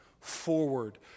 forward